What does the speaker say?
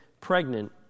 pregnant